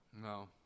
No